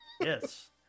Yes